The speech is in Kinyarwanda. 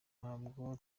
ntabwo